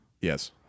Yes